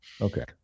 Okay